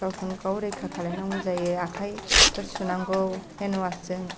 गावखौनो गाव रैखा खालामनांगौ जायो आखाइफोर सुनांगौ हेण्डवास जों